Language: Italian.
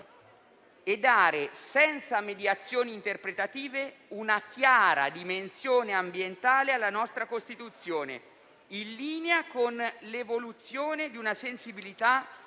e dare, senza mediazioni interpretative, una chiara dimensione ambientale alla nostra Costituzione, in linea con l'evoluzione di una sensibilità